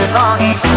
longing